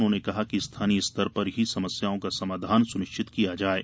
उन्होंने कहा कि स्थानीय स्तर पर ही समस्याओं का समाधान सुनिश्चित किया जाये